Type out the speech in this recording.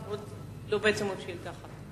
333, של חבר הכנסת זחאלקה: